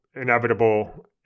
inevitable